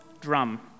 drum